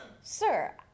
sir